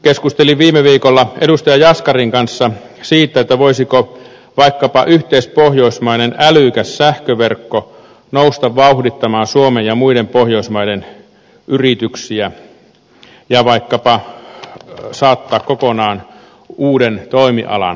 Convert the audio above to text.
keskustelin viime viikolla edustaja jaskarin kanssa siitä voisiko vaikkapa yhteispohjoismainen älykäs sähköverkko nousta vauhdittamaan suomen ja muiden pohjoismaiden yrityksiä ja vaikkapa saattaa alkuun kokonaan uuden toimialan